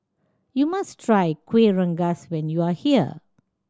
you must try Kueh Rengas when you are here